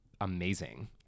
amazing